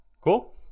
cool